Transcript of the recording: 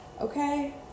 okay